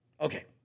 Okay